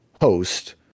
host